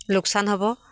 লোকচান হ'ব